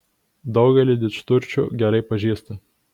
daugelį didžturčių gerai pažįstu